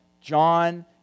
John